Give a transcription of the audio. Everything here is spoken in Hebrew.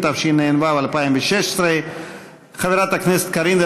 חוק ומשפט להכנתה לקריאה